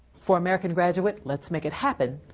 for american graduate, let's make it happen,